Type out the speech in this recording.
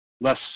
less